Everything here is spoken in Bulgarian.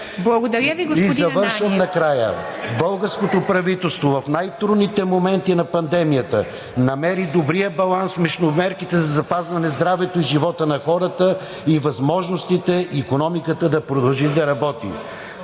Благодаря Ви, господин Ананиев.